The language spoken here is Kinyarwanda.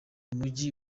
mujyi